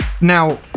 now